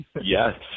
Yes